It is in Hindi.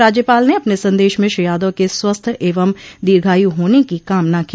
राज्यपाल ने अपने संदेश में श्री यादव के स्वस्थ एवं दीर्घायु होने की कामना की